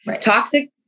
Toxic